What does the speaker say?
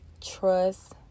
Trust